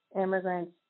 immigrants